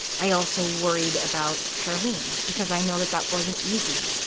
i also worried about charlyne because i know that that wasn't easy.